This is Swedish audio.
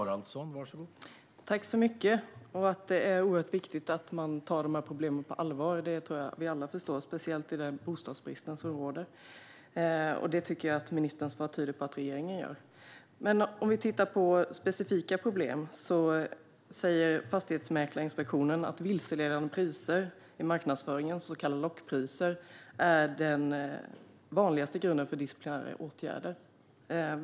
Herr talman! Att det är viktigt att ta dessa problem på allvar tror jag att alla förstår, speciellt i den bostadsbrist som råder. Ministerns svar tyder på att regeringen gör det. Låt oss titta på ett specifikt problem. Fastighetsmäklarinspektionen säger att vilseledande priser i marknadsföringen, så kallade lockpriser, är den vanligaste grunden för disciplinära åtgärder.